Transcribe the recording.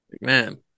man